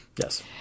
Yes